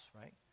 right